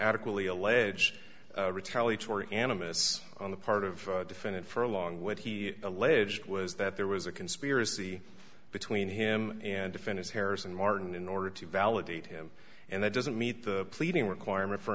adequately allege retaliatory animists on the part of defendant for along what he alleged was that there was a conspiracy between him and defend his hairs and martin in order to validate him and that doesn't meet the pleading requirement for